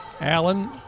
Allen